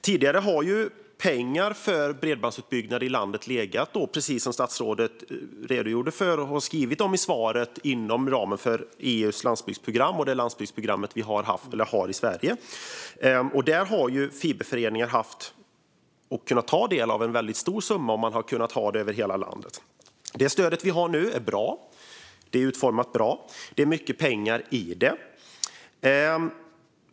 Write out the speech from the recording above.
Tidigare har pengar för bredbandsutbyggnad i landet legat inom ramen för EU:s landsbygdsprogram och det landsbygdsprogram som vi har i Sverige, precis som statsrådet redogjorde för i svaret. Fiberföreningar har kunnat ta del av en väldigt stor summa därifrån, och det har kunnat göras över hela landet. Det stöd vi har nu är bra utformat. Det finns mycket pengar i det.